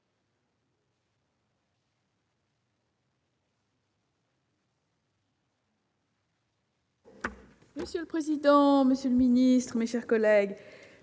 Monsieur le président, monsieur le ministre, mes chers collègues,